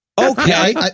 Okay